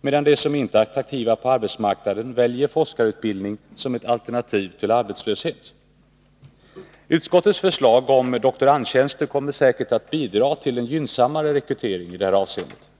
medan de som inte är attraktiva på arbetsmarknaden väljer forskarutbildning som ett alternativ till arbetslöshet. Utskottets förslag om doktorandtjänster kommer säkerligen att bidra till en gynnsammare rekrytering i det här avseendet.